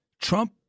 Trump